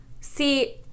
See